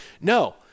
No